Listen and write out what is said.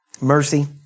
mercy